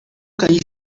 kaj